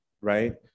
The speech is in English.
right